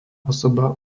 osoba